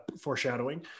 foreshadowing